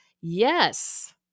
yes